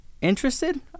interested